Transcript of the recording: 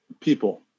people